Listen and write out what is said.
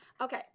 Okay